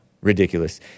ridiculous